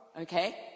okay